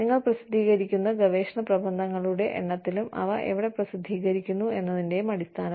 നിങ്ങൾ പ്രസിദ്ധീകരിക്കുന്ന ഗവേഷണ പ്രബന്ധങ്ങളുടെ എണ്ണത്തിലും അവ എവിടെ പ്രസിദ്ധീകരിക്കുന്നു എന്നതിന്റെയും അടിസ്ഥാനത്തിൽ